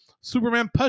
Superman